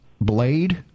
blade